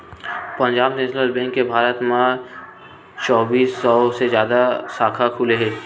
Punjab national bank के भारत म चौबींस सौ ले जादा साखा खुले हे